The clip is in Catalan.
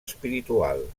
espiritual